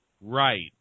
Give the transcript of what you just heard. Right